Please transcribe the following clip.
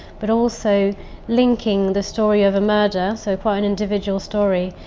but also linking the story of a murder, so quite an individual story.